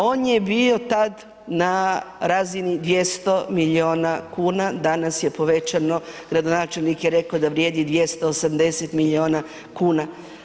On je bio tad na razini 200 milijuna kuna, danas je povećano, gradonačelnik je rekao da vrijedi 280 milijuna kuna.